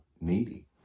needy